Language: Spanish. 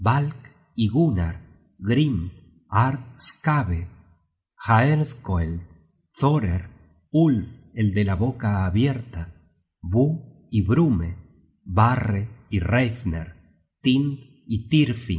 thorer ulf el de la boca abierta bue y brume barre y reifner tind